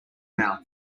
mouth